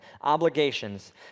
obligations